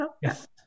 Yes